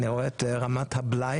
אני רואה את רמת הבלאי,